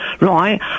right